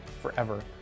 forever